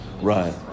Right